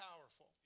powerful